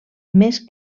més